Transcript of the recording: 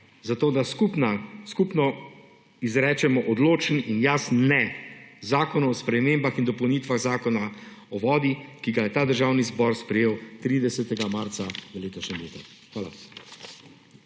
Zato, da skupno izrečemo odločen in jasen »ne« Zakonu o spremembah in dopolnitvah Zakona o vodi, ki ga je ta državni zbor sprejel 30. marca v letošnjem letu. Hvala.